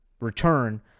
return